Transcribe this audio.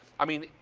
i mean,